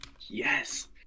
Yes